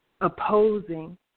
opposing